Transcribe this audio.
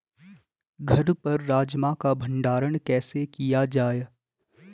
घर पर राजमा का भण्डारण कैसे किया जाय?